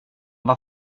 var